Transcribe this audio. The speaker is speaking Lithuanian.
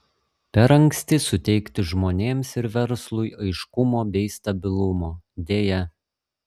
per anksti suteikti žmonėms ir verslui aiškumo bei stabilumo deja